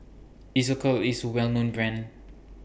Isocal IS A Well known Brand